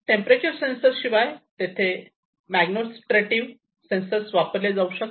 temperature sensor शिवाय तेथे magnetostrictive sensors वापरले जाऊ शकतात